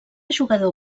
jugador